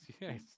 Yes